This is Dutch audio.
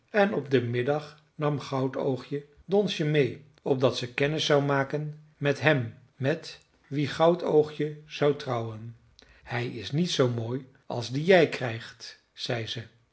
en op den middag nam goudoogje donsje meê opdat ze kennis zou maken met hem met wien goudoogje zou trouwen hij is niet zoo mooi als dien jij krijgt zei ze